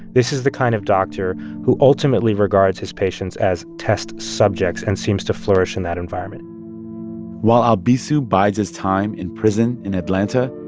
this is the kind of doctor who ultimately regards his patients as test subjects and seems to flourish in that environment while albizu bides his time in prison in atlanta,